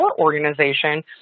organization